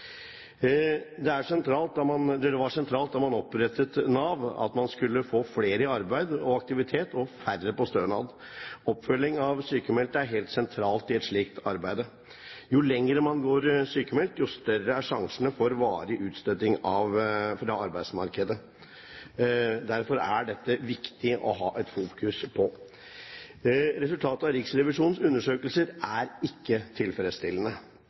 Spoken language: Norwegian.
Det var sentralt da man opprettet Nav, at man skulle få flere i arbeid og aktivitet og færre på stønad. Oppfølging av sykmeldte er helt sentralt i et slikt arbeid. Jo lenger man går sykmeldt, jo større er sjansene for varig utstøting fra arbeidsmarkedet. Derfor er det viktig å ha fokus på dette. Resultatet av Riksrevisjonens undersøkelser er ikke tilfredsstillende.